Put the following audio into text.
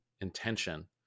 intention